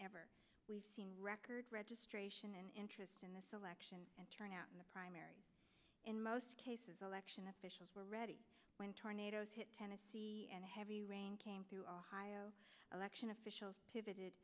ever we've seen record registration and interest in this election and turnout in the primary in most cases election officials were ready when tornadoes hit tennessee and heavy rain came through ohio election officials